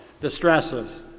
distresses